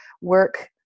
work